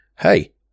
hey